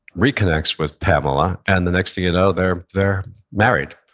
reconnects with pamela, and the next thing you know, they're they're married.